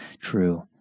true